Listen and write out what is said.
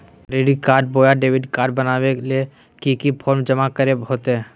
Credit card बोया debit card बनाने ले की की फॉर्म जमा करे होते?